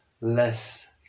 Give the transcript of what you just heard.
less